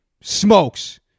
smokes